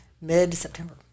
mid-september